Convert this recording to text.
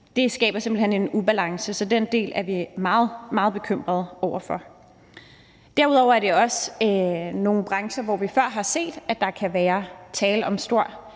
skaber simpelt hen en ubalance. Så den del er vi meget, meget bekymrede over. Derudover er det også nogle brancher, hvor vi før har set, at der kan være tale om stor